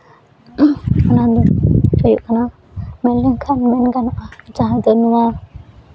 ᱚᱱᱟ ᱫᱚ ᱦᱩᱭᱩᱜ ᱠᱟᱱᱟ ᱧᱮᱞ ᱞᱮᱠᱷᱟᱱ ᱢᱮᱱ ᱜᱟᱱᱚᱜᱼᱟ ᱡᱟᱦᱟᱸ ᱫᱚ ᱱᱚᱣᱟ